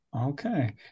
Okay